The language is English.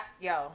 yo